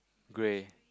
grey